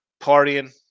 partying